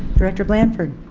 director blanford